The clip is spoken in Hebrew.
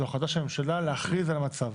זאת החלטה של הממשלה להחליט על מצב.